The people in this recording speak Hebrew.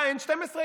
בא N12,